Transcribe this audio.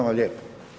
vam lijepo.